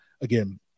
again